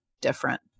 different